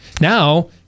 Now